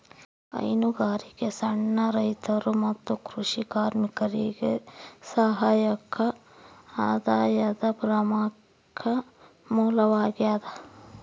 ಹೈನುಗಾರಿಕೆ ಸಣ್ಣ ರೈತರು ಮತ್ತು ಕೃಷಿ ಕಾರ್ಮಿಕರಿಗೆ ಸಹಾಯಕ ಆದಾಯದ ಪ್ರಮುಖ ಮೂಲವಾಗ್ಯದ